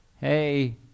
Hey